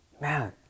man